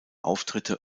auftritte